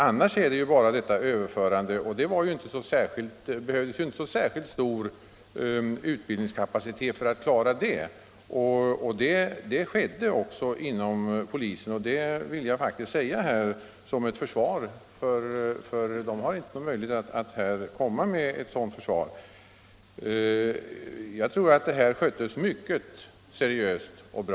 Annars var det bara fråga om detta överförande, och för att klara det behövdes inte så särskilt stor utbildningskapacitet. Det skedde också en tillräcklig utbildning inom polisen — det vill jag faktiskt säga som ett försvar för polisen, som ju själv inte har möjlighet att försvara sig här. Jag tror alltså att detta sköttes mycket seriöst och bra.